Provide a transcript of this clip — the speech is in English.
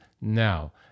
now